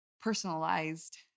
personalized